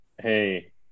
hey